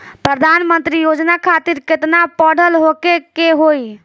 प्रधानमंत्री योजना खातिर केतना पढ़ल होखे के होई?